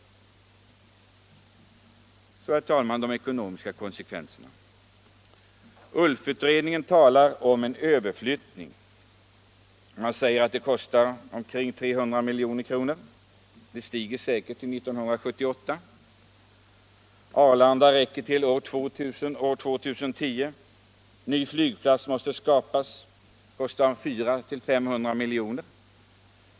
Så de ekonomiska konsekvenserna. ULF-utredningen talar om en överflyttning. Man säger att den kostar omkring 300 milj.kr. Beloppet stiger säkert till 1978. Arlanda räcker till år 2000 eller 2010. Ny flygplats måste skapas, vilket kostar 400 å 500 miljoner.